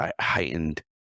heightened